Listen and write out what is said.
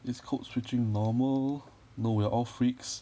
is code switching normal no we're all freaks